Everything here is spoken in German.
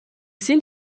sind